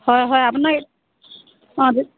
হয় হয় আপোনাক অ'